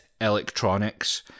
electronics